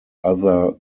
other